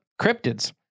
cryptids